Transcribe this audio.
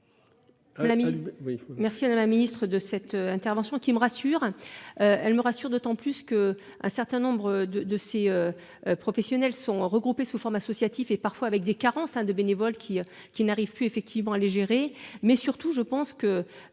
Merci à la la Ministre de cette intervention qui me rassure. Elle me rassure d'autant plus que un certain nombre de de ces. Professionnels sont regroupés sous forme associative et parfois avec des carences hein de bénévoles qui qui n'arrivent plus effectivement les gérer mais surtout je pense que.